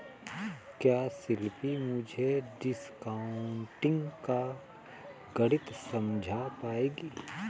क्या शिल्पी मुझे डिस्काउंटिंग का गणित समझा पाएगी?